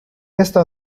esta